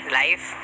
life